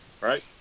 Right